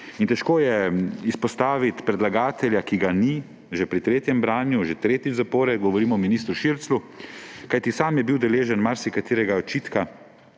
težko je izpostaviti predlagatelja, ki ga ni, že pri tretjem branju, že tretjič zapored – govorim o ministru Širclju –, kajti sam je bil deležen marsikaterega očitka